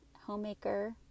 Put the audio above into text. homemaker